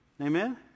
Amen